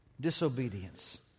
disobedience